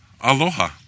aloha